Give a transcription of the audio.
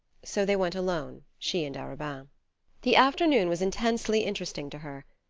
so they went alone, she and arobin. the afternoon was intensely interesting to her.